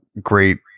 great